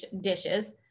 dishes